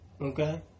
okay